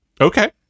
okay